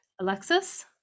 Alexis